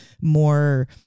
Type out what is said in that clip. more